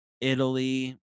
Italy